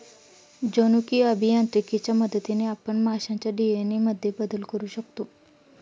जनुकीय अभियांत्रिकीच्या मदतीने आपण माशांच्या डी.एन.ए मध्येही बदल करू शकतो